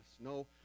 No